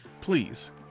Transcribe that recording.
please